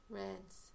reds